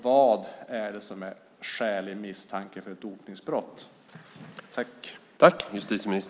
Vad är det som utgör skälig misstanke för ett dopningsbrott?